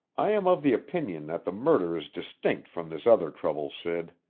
i am of the opinion that the murder is distinct from this other trouble, sid.